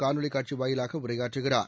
காணொலிக் காட்சி வாயிலாக உரையாற்றுகிறார்